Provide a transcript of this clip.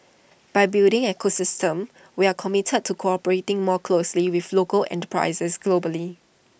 by building ecosystem we are committed to cooperating more closely with local enterprises globally